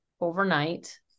overnight